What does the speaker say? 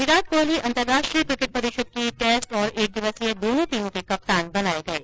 विराट कोहली अंतर्राष्ट्रीय क्रिकेट परिषद की टैस्ट और एकदिवसीय दोनों टीमों के कप्तान बनाये गये